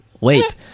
wait